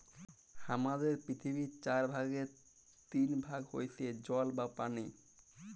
হামাদের পৃথিবীর চার ভাগের তিন ভাগ হইসে জল বা পানি